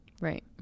right